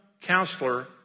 Counselor